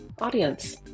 audience